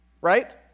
right